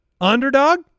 underdog